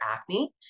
acne